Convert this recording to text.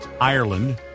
Ireland